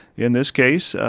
in this case,